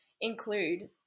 include